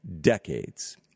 decades